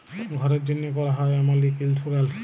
ঘ্যরের জ্যনহে ক্যরা হ্যয় এমল ইক ইলসুরেলস